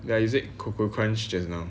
but you said coco crunch just now